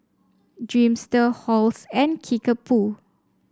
Dreamster Halls and Kickapoo